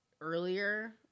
earlier